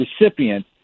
recipient